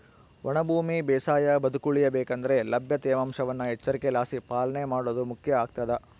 ಒಣ ಭೂಮಿ ಬೇಸಾಯ ಬದುಕುಳಿಯ ಬೇಕಂದ್ರೆ ಲಭ್ಯ ತೇವಾಂಶವನ್ನು ಎಚ್ಚರಿಕೆಲಾಸಿ ಪಾಲನೆ ಮಾಡೋದು ಮುಖ್ಯ ಆಗ್ತದ